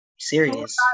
Serious